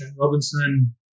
Robinson